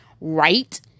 right